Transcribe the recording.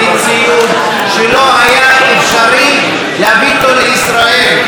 בציוד שלא היה אפשרי להביא אותו לישראל,